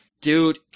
dude